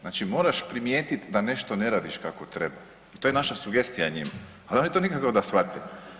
Znači moraš primijetiti da nešto ne radiš kako treba i to je naša sugestija njima, ali oni to nikako da shvate.